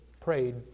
prayed